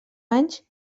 anys